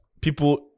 people